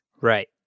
Right